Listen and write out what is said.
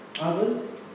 Others